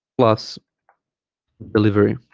plus delivery